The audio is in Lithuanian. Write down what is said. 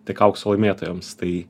tik aukso laimėtojams tai